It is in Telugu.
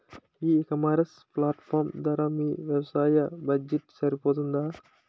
ఈ ఇకామర్స్ ప్లాట్ఫారమ్ ధర మీ వ్యవసాయ బడ్జెట్ సరిపోతుందా?